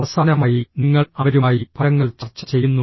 അവസാനമായി നിങ്ങൾ അവരുമായി ഫലങ്ങൾ ചർച്ച ചെയ്യുന്നു